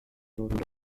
london